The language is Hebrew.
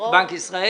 את בנק ישראל.